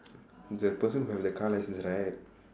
the person who have the car licence right